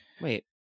Wait